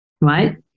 right